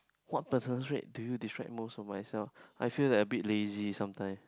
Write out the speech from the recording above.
what personal traits do you describe most of myself I feel like a bit lazy sometime